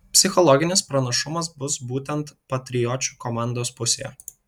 psichologinis pranašumas bus būtent patriočių komandos pusėje